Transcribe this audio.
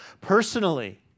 personally